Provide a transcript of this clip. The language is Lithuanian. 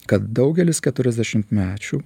kad daugelis keturiasdešimtmečių